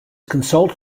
consult